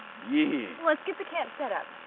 yeah. lets get the camp set up.